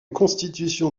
constitution